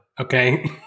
okay